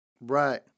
Right